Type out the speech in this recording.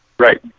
Right